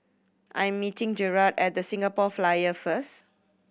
I meeting Jerad at The Singapore Flyer first